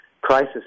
crisis